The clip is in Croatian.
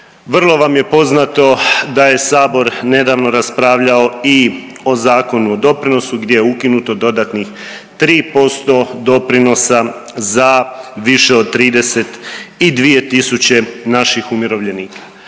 Vrlo vam je poznato da je sabor nedavno raspravljao i o Zakonu o doprinosu gdje je ukinuto dodatnih 3% doprinosa za više od 32 tisuće naših umirovljenika.